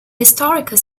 historical